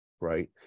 Right